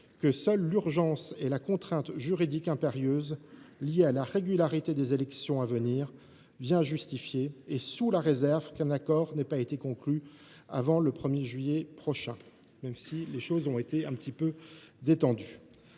que seules l’urgence et la contrainte juridique impérieuse liée à la régularité des élections à venir viennent justifier et sous la réserve qu’un accord n’ait pas été conclu avant le 1 juillet prochain. L’État doit en effet demeurer